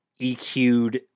eq'd